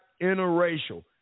interracial